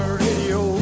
radio